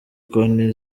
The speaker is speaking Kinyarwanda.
konti